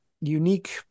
unique